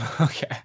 Okay